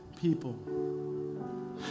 people